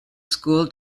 school